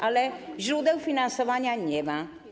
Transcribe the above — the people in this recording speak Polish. Ale źródeł finansowania nie ma.